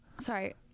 Sorry